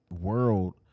world